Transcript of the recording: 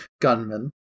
gunman